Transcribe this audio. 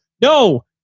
no